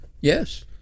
Yes